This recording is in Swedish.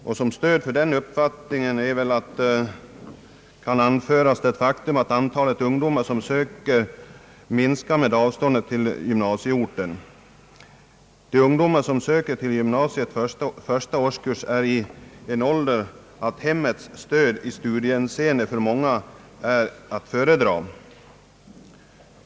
Såsom stöd för den uppfattningen kan anföras det faktum att antalet ungdomar som söker minskar med avståndet till gymnasieorten. De ungdomar som söker till gymnasiets första årskurs befinner sig i en ålder då hemmets stöd i studiehänseende för många är att föredraga.